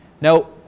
Now